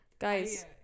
Guys